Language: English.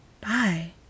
bye